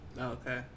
Okay